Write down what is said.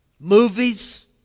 movies